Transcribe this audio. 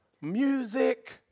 music